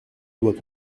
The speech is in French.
doit